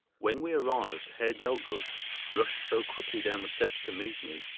when we arrived, herr delbruck rushed so quickly down the steps to meet me,